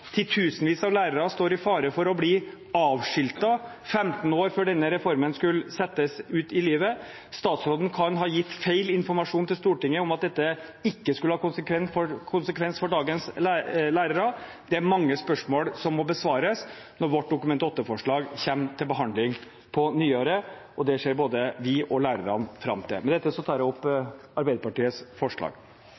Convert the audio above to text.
Titusenvis av lærere står i fare for å bli avskiltet 15 år før denne reformen skulle settes ut i livet. Statsråden kan ha gitt feil informasjon til Stortinget om at dette ikke skulle ha konsekvenser for dagens lærere. Det er mange spørsmål som må besvares når vårt Dokument 8-forslag kommer til behandling på nyåret, og det ser både vi og lærerne fram til. Med dette tar jeg opp